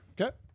okay